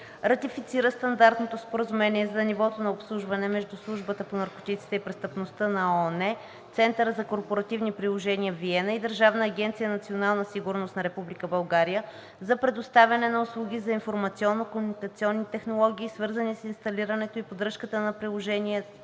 Ратифицира Стандартното споразумение за нивото на обслужване между Службата по наркотиците и престъпността на ООН, Центъра за корпоративни приложения – Виена, и Държавна агенция „Национална сигурност“ на Република България за предоставяне на услуги за информационно комуникационни технологии, свързани с инсталирането и поддръжката на приложението